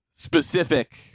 specific